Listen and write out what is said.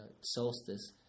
Solstice